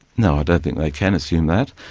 no, i don't think they can assume that,